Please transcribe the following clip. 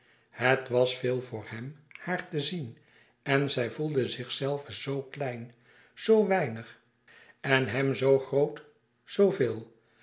het was veel voor hem haar te zien en zij voelde zichzelve zoo klein zoo weinig en hem zoo groot